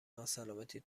ناسلامتی